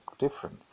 different